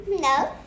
No